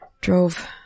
drove